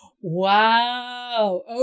Wow